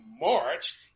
march